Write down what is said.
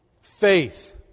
faith